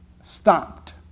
stopped